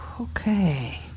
okay